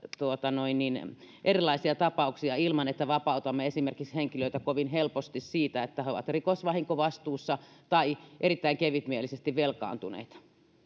erilaisia tapauksia ilman että esimerkiksi vapautamme henkilöitä kovin helposti siitä että he ovat rikosvahinkovastuussa tai erittäin kevytmielisesti velkaantuneita